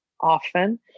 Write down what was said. often